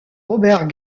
robert